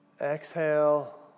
Exhale